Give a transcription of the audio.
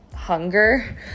hunger